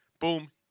Boom